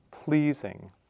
pleasing